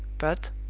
but,